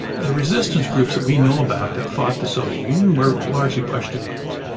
the resistance groups that we know about that fought the soviet union were largely pashtun groups.